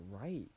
right